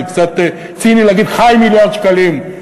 זה קצת ציני להגיד: ח"י מיליארד שקלים,